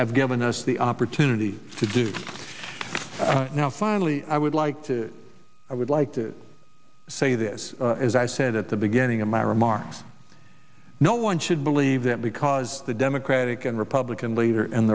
have given us the opportunity to do now finally i would like to i would like to say this as i said at the beginning of my remarks no one should believe that because the democratic and republican leader and